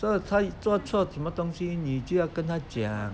所以他一做错什么东西你就要跟他讲